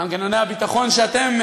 מנגנוני הביטחון, שאתם,